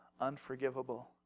unforgivable